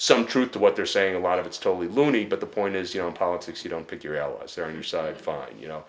some truth to what they're saying a lot of it's totally loony but the point is you know in politics you don't pick your allies there you side find you know